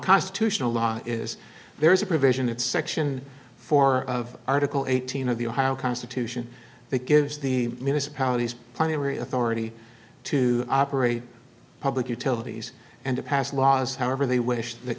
constitutional law is there is a provision it's section four of article eighteen of the ohio constitution that gives the municipalities primary authority to operate public utilities and to pass laws however they wish that